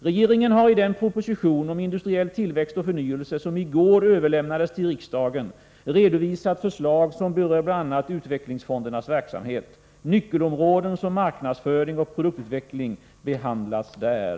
Regeringen har i den proposition om industriell tillväxt och förnyelse som i går överlämnades till riksdagen redovisat förslag som berör bl.a. utvecklingsfondernas verksamhet. Nyckelområden som marknadsföring och produktutveckling behandlas där.